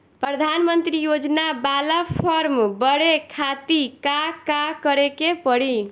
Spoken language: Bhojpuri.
प्रधानमंत्री योजना बाला फर्म बड़े खाति का का करे के पड़ी?